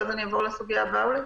ואז אני אעבור לסוגיה הבאה.